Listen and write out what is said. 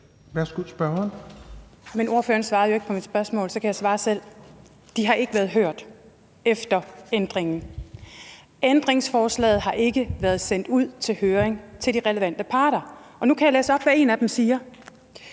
Men ordføreren svarede jo ikke på mit spørgsmål; så kan jeg svare selv. De har ikke været hørt efter ændringen. Ændringsforslaget har ikke været sendt ud til høring til de relevante parter, og nu kan jeg læse op, hvad en af dem siger: